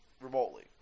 remotely